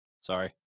Sorry